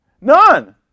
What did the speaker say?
None